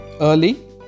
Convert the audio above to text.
Early